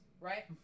right